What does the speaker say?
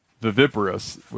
viviparous